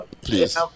please